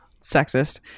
Sexist